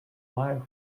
life